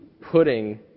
putting